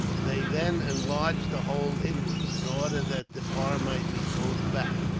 they then enlarged the hole inwards, in order that the bar might be pulled back.